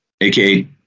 aka